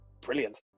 brilliant